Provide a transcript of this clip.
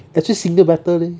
actually single better leh